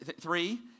Three